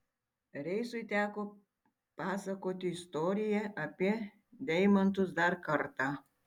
reisui teko pasakoti istoriją apie deimantus dar kartą